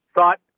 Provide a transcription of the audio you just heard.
thought